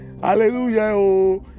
Hallelujah